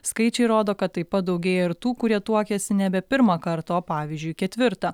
skaičiai rodo kad taip pat daugėja ir tų kurie tuokiasi nebe pirmą kartą o pavyzdžiui ketvirtą